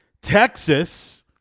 Texas